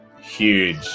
Huge